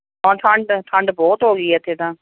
ਹਾਂ ਠੰਡ ਠੰਡ ਬਹੁਤ ਹੋ ਗਈ ਇੱਥੇ ਤਾਂ